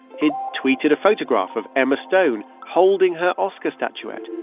he tweeted a photograph of emma stone holding her oscar statuette.